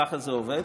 ככה זה עובד.